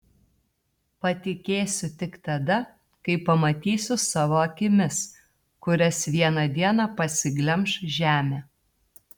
patikėsiu tik tada kai pamatysiu savo akimis kurias vieną dieną pasiglemš žemė